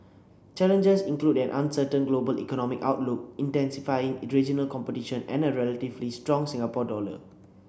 challenges include an uncertain global economic outlook intensifying regional competition and a relatively strong Singapore dollar